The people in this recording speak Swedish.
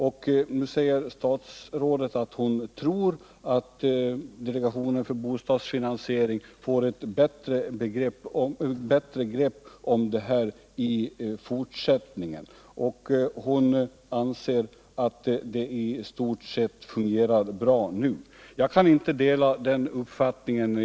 Nu säger statsrådet att hon tror att delegationen för bostadsfinansiering får ett bättre grepp om det här i fortsättningen, och hon anser att det i stort sett fungerar bra nu. Jag kan inte dela den uppfattningen.